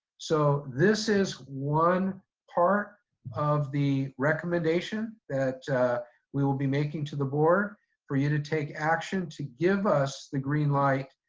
so this is one part of the recommendation that we will be making to the board for you to take action, to give us the green light,